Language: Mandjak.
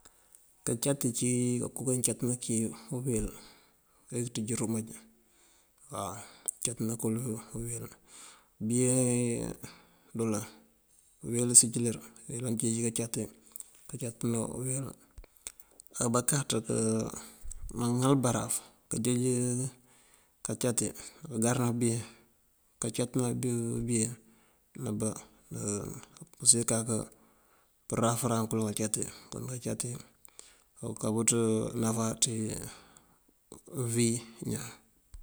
Kancáti cí koowí kancátëna kí uwel ajá kënţíj irumaj waw, këncátëna kul uwel. Been doolaŋ uwel sincëral mëyëlan kënjeej kancáti këcatna uwel. Abakáaţ mëŋal baraf kënjeej kancáti kangarëna kël been, kancátëna kël been nabá use kaka përafanëran kël. Kancáti kon kancáti aká bëţ náfá ţí vi ñaan.